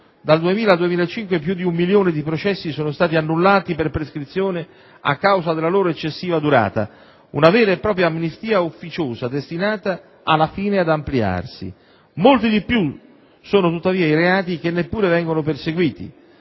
Dal 2000 al 2005 più di un milione di processi sono stati annullati per prescrizione a causa della loro eccessiva durata, una vera e propria amnistia ufficiosa destinata alla fine ad ampliarsi. Molti di più sono tuttavia i reati che neanche vengono perseguiti.